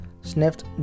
sniffed